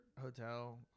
hotel